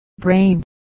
brain